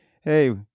hey